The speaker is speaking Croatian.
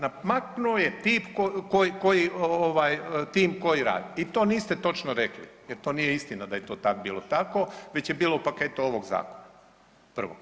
Maknuo je tim koji radi i to niste točno rekli, jer to nije istina da je to tada bilo tako, već je bilo u paketu ovog zakona prvo.